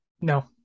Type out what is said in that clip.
no